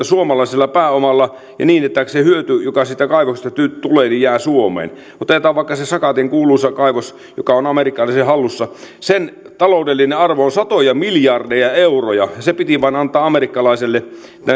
suomalaisella pääomalla ja niin että se hyöty joka siitä kaivoksesta tulee jää suomeen otetaan vaikka se sakatin kuuluisa kaivos joka on amerikkalaisten hallussa sen taloudellinen arvo on satoja miljardeja euroa ja se piti vain antaa amerikkalaisille